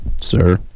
Sir